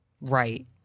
Right